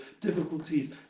difficulties